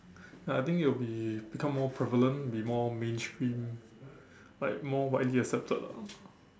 ya I think it'll be become more prevalent be more mainstream like more widely accepted lah